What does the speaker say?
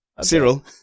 Cyril